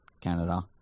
Canada